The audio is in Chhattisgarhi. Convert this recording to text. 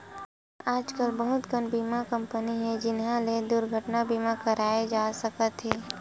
आजकल बहुत कन बीमा कंपनी हे जिंहा ले दुरघटना बीमा करवाए जा सकत हे